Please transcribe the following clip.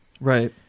Right